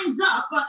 up